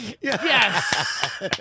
Yes